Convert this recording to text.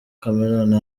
chameleone